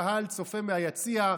קהל צופה מהיציע,